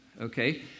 okay